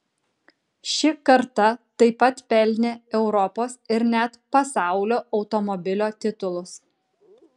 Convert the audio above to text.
ši karta taip pat pelnė europos ir net pasaulio automobilio titulus